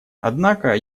однако